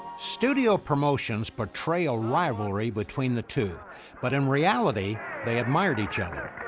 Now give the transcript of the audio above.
studio promotions portrayed a rivalry between the two but um ah ah ah they they admired each other.